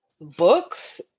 books